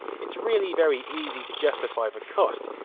it's really very easy to justify the cost,